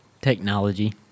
Technology